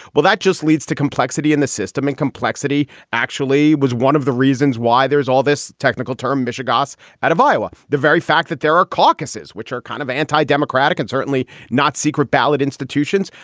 well, that just leads to complexity in the system. and complexity actually was one of the reasons why there's all this technical term mishegoss out of iowa. the very fact that there are caucuses, which are kind of anti-democratic and certainly not secret ballot institutions.